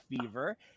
fever